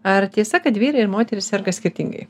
ar tiesa kad vyrai ir moterys serga skirtingai